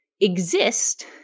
exist